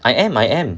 I am I am